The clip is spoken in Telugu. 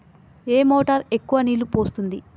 ఏ మోటార్ ఎక్కువ నీళ్లు పోస్తుంది?